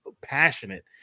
passionate